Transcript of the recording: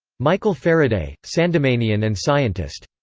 michael faraday, sandemanian and scientist.